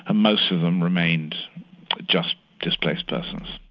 ah most of them remained just displaced persons.